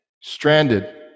Stranded